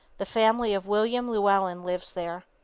the family of william llewellyn lives there.